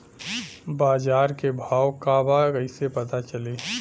बाजार के भाव का बा कईसे पता चली?